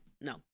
no